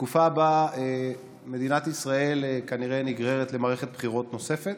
שבה מדינת ישראל כנראה נגררת למערכת בחירות נוספת,